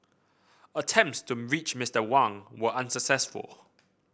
attempts to reach Mister Wang were unsuccessful